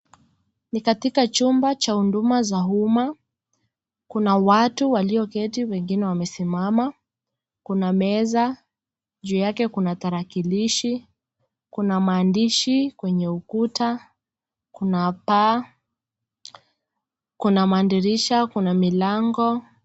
Ni katika chumba cha huduma za umma, kuna watu walioketi wengine wamesimama. Kuna meza juu yake kuna tarakilishi, kuna maandishi kwenye ukuta, kuna paa, kuna madirisha kuna milango.